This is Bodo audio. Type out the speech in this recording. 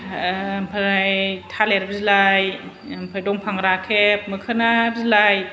आमफ्राय थालिर बिलाइ आमफ्राय दंफां राखेब मोखोना बिलाइ